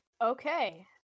Okay